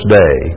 day